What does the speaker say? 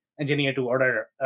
engineer-to-order